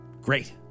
Great